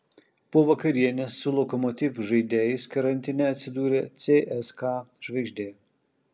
po vakarienės su lokomotiv žaidėjais karantine atsidūrė cska žvaigždė